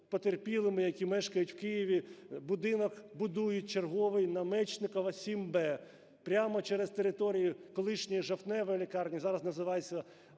потерпілими, які мешкають в Києві. Будинок будують черговий на Мечникова, 7б. Прямо через територію колишньої Жовтневої лікарні, зараз називається